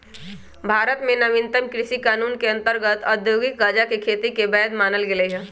भारत में नवीनतम कृषि कानून के अंतर्गत औद्योगिक गजाके खेती के वैध मानल गेलइ ह